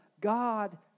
God